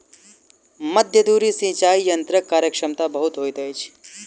मध्य धुरी सिचाई यंत्रक कार्यक्षमता बहुत होइत अछि